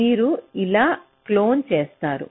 మీరు అలా క్లోన్ చేస్తారు